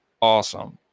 awesome